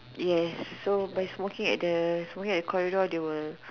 yes so by smoking at the smoking at the corridor they will